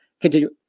continue